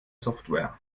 software